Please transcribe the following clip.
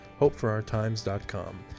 HopeForOurTimes.com